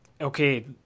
okay